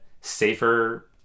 safer